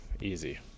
Easy